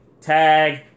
Tag